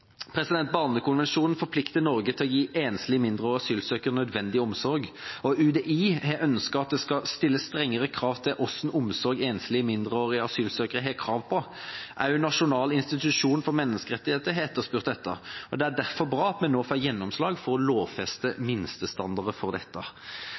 Barnekonvensjonen forplikter Norge til å gi enslige mindreårige asylsøkere nødvendig omsorg. UDI har ønsket at det skal stilles strengere krav til hvilken omsorg enslige mindreårige asylsøkere skal ha krav på. Også Nasjonal institusjon for menneskerettigheter har etterspurt dette. Det er derfor bra at vi nå får gjennomslag for å lovfeste